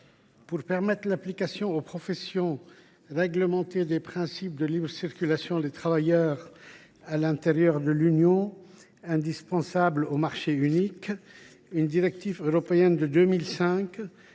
Pour permettre l’application aux professions réglementées du principe de libre circulation des travailleurs à l’intérieur de l’Union européenne, indispensable au marché unique, une directive européenne de 2005